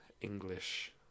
English